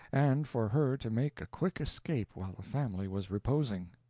and for her to make a quick escape while the family was reposing.